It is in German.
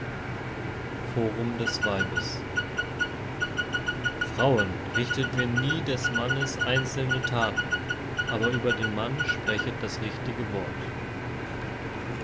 forum des weibes frauen richtet mir nie des mannes einzelne taten aber über den mann sprechet das richtige wort